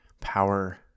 power